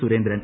Surendran